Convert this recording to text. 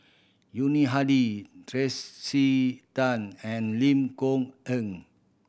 Yuni Hadi Trace C Tan and Lim Kok Ann